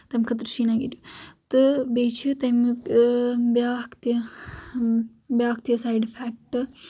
تمہِ خٲطرٕ چھُ یہِ نیگیٹو تہٕ بٖییٚہِ چھُ تمیُک بیاکھ تہِ بیاکھ تہِ سایڈ اِفیکٹ